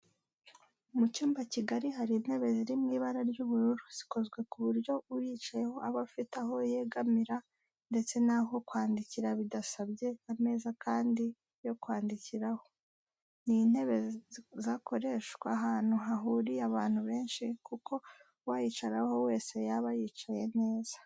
Mu cyumba kigari hari intebe ziri mu ibara ry'ubururu, zikozwe ku buryo uyicayeho aba afite aho yegamira ndetse n'aho kwandikira bidasabye ameza yandi yo kwandikiraho. Ni intebe zakoreshwa ahantu hahuriye abantu benshi kuko uwayicaraho wese yaba yicaye neza.